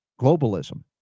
Globalism